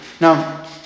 Now